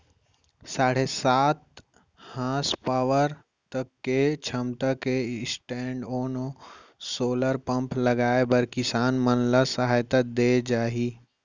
साढ़े सात हासपावर तक के छमता के स्टैंडओन सोलर पंप लगाए बर किसान मन ल सहायता दे जाही